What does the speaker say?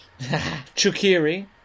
Chukiri